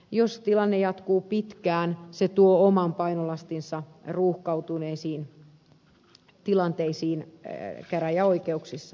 jos tilanne jatkuu pitkään se tuo oman painolastinsa ruuhkautuneisiin tilanteisiin käräjäoikeuksissa